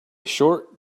short